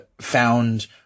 found